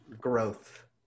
growth